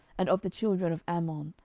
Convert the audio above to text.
and of the children of ammon,